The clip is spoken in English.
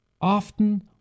Often